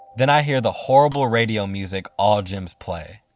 then i hear the horrible radio music all gyms play.